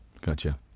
Gotcha